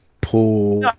pull